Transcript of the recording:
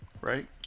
right